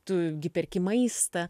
tu gi perki maistą